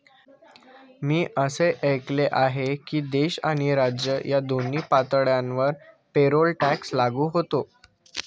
मी असे ऐकले आहे की देश आणि राज्य या दोन्ही पातळ्यांवर पेरोल टॅक्स लागू होतो